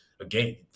again